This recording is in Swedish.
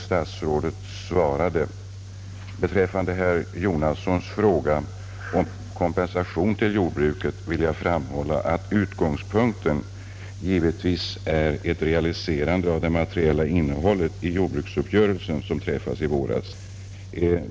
Statsrådet svarade på detta följande: ”Beträffande herr Jonassons fråga om kompensationen till jordbruket vill jag framhålla att utgångspunkten givetvis är ett realiserande av det materiella innehållet i den jordbruksuppgörelse som träffades i våras.